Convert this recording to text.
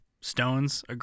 Stones